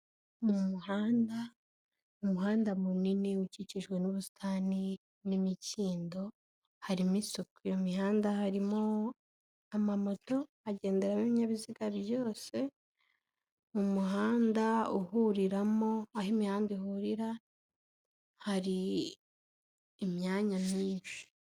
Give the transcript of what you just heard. Mu muhanda ni umuhanda munini ukikijwe n'ubusitani n'imikindo harimo isuko, iyo mihanda harimo amamoto hagenderamo ibibinyabiziga byose, mu muhanda uhuriramo aho imihanda ihurira hari imyanya myinshi.